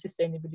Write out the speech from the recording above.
sustainability